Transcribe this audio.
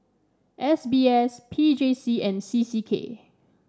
S B S P J C and C C K